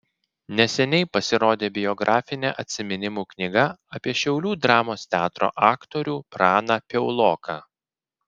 neseniai pasirodė biografinė atsiminimų knyga apie šiaulių dramos teatro aktorių praną piauloką